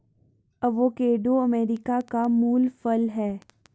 avocado America का मूल फल है